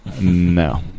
no